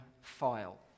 file